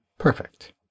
Perfect